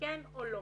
כן או לא.